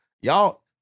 y'all